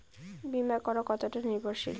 বীমা করা কতোটা নির্ভরশীল?